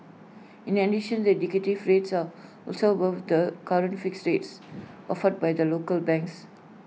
in addition the indicative rates are also above the current fixed rates offered by the local banks